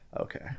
okay